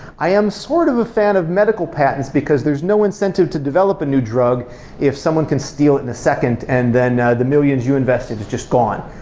i am sort of a a fan of medical patents, because there's no incentive to develop a new drug if someone can steal it in a second and then the millions you invested is just gone.